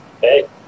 Hey